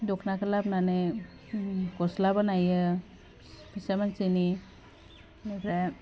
दख'नाखौ लाबोनानै गस्ला बानायो फिसा मानसिनि बेनिफ्राय